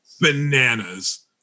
bananas